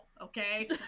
okay